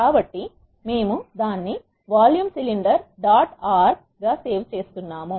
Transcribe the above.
కాబట్టి మేము దానిని వాల్యూమ్ సిలిండర్ డాట్ ఆర్ గా సేవ్ చేస్తున్నాము